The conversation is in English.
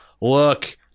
look